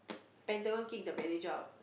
Pentagon kick the manager out